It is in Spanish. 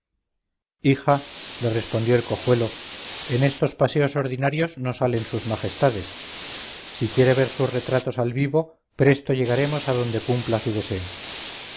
ocasión hija le respondió el cojuelo en estos paseos ordinarios no salen sus majestades si quiere ver sus retratos al vivo presto llegaremos adonde cumpla su deseo